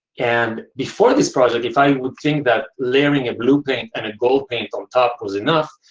and before this project, if i would think that layering a blue paint and a gold paint on top was enough,